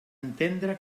entendre